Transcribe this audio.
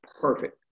perfect